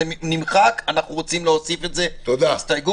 זה נמחק ואנחנו רוצים להוסיף את זה כהסתייגויות.